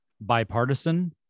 bipartisan